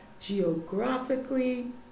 geographically